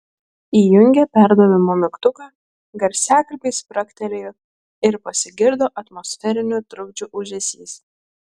įjungė perdavimo mygtuką garsiakalbiai spragtelėjo ir pasigirdo atmosferinių trukdžių ūžesys